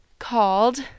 called